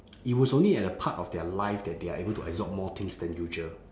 it was only at a part of their life that they are able to absorb more things than usual